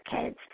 kids